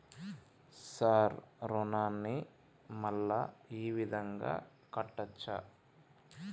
Sir రుణాన్ని మళ్ళా ఈ విధంగా కట్టచ్చా?